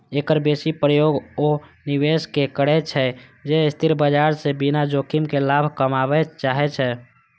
एकर बेसी प्रयोग ओ निवेशक करै छै, जे अस्थिर बाजार सं बिना जोखिम के लाभ कमबय चाहै छै